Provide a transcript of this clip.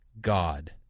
god